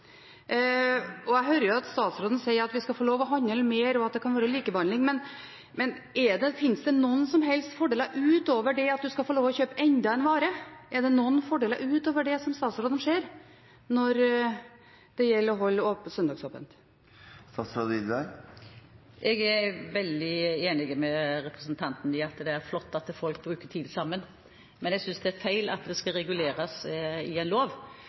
og jeg hører at statsråden sier at vi skal få lov å handle mer og at det skal være likebehandling, men finnes det noen som helst fordeler utover det at man skal få lov til å kjøpe enda en vare? Er det noen fordeler utover det statsråden ser når det gjelder å holde søndagsåpent? Jeg er veldig enig med representanten i at det er flott at folk bruker tid sammen. Men jeg synes det er feil at det skal reguleres i en lov